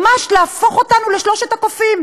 ממש להפוך אותנו לשלושת הקופים.